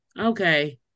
okay